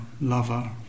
lover